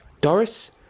Doris